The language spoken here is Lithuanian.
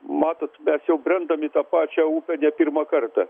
matot mes jau brendam į tą pačią upę ne pirmą kartą